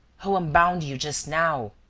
who unbound you just now?